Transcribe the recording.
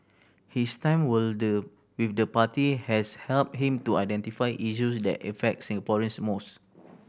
his time will the with the party has helped him to identify issues that affect Singaporeans most